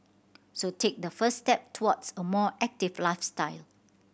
so take that first step towards a more active